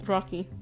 Rocky